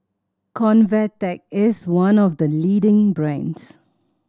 Convatec is one of the leading brands